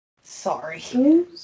sorry